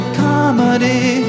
comedy